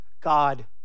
God